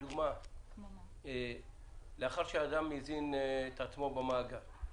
לדוגמה, לאחר שאדם הזין את עצמו במאגר,